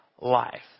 life